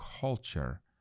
culture